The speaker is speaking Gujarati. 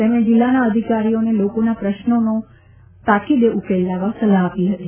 તેમણે જીલ્લાના અધિકારીઓને લોકોના પ્રશ્નોનો તાકીદે ઉકેલ લાવવા સલાહ આપી હતી